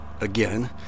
again